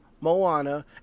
Moana